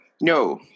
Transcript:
No